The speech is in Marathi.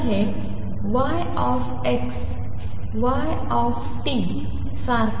तर हे y x सारखे नाही